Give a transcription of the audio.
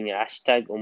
hashtag